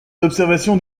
d’observation